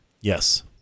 Yes